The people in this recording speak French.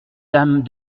dame